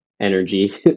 energy